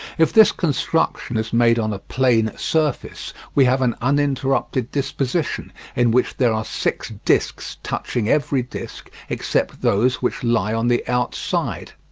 if this construction is made on a plane surface, we have an uninterrupted disposition in which there are six discs touching every disc except those which lie on the outside.